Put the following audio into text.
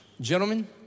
Gentlemen